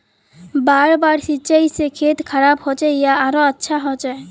बार बार सिंचाई से खेत खराब होचे या आरोहो अच्छा होचए?